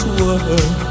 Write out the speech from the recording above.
world